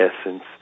essence